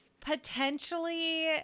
potentially